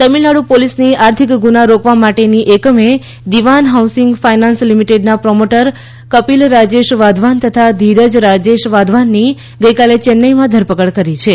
તમિલનાડુ પોલીસની આર્થિક ગૂના રોકવા માટેની એકમે દીવાન હાઉસિંગ ફાયનાન્સ લીમીટેડના પ્રોમોટર કપિલ રાજેશ વાધવાન તથા ધીરજ રાજેશ વાધવાનની ગઈકાલે ચેન્નાઈમાં ધરપકડ કરી છે